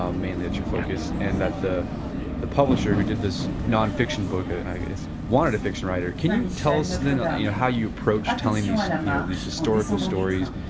um mainly it's your focus and that the the publisher who did this non-fiction book i guess wanted a fiction writer. can you tell us then ah you know how you approached telling these you know these historical stories,